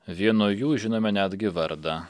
vieno jų žinome netgi vardą